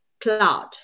cloud